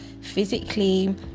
physically